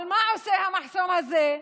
מה עושה המחסום הזה?